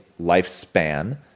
lifespan